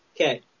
Okay